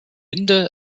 linde